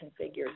configured